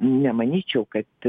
nemanyčiau kad